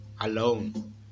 alone